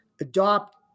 adopt